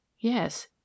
yes